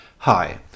Hi